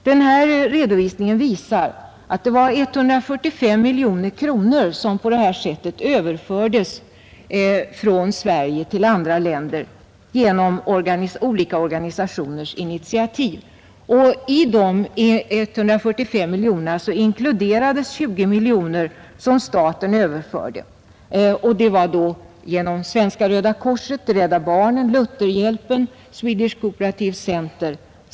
Denna redovisning visar att 145 miljoner kronor på det här sättet överfördes från Sverige till andra länder genom olika organisationers initiativ. I de 145 miljonerna inkluderades 20 miljoner från staten — de pengarna överfördes genom Svenska röda korset, Rädda barnen, Lutherhjälpen och Swedish Cooperative Center.